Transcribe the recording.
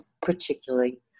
particularly